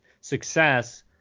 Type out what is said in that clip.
success